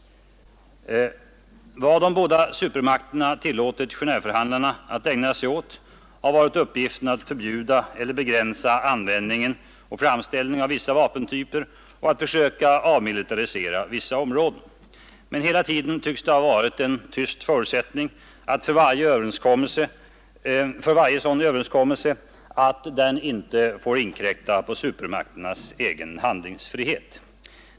Vad de båda supermakterna tillåtit Genéveförhandlarna att ägna sig åt har varit uppgiften att förbjuda eller begränsa användning och framställning av vissa vapentyper och att försöka avmilitarisera vissa områden. Men hela tiden tycks det ha varit en tyst förutsättning för varje sådan överenskommelse att den inte får inkräkta på supermakternas handlingsfrihet.